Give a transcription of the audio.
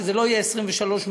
שזה לא יהיה 2013 מלא,